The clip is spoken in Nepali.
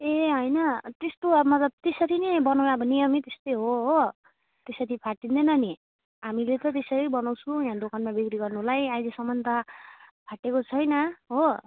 ए होइन त्यस्तो अब मतलब त्यसरी नै बनायो भने हामी त्यस्तै हो हो त्यसरी फाटिँदैन नि हामीले त त्यसरी बनाउँछौँ यहाँ दोकानमा बिक्री गर्नुलाई अहिलेसम्म त फाटेको छैन हो